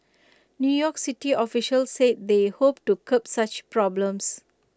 new york city officials said they hoped to curb such problems